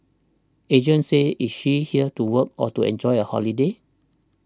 Agent says is she here to work or to enjoy a holiday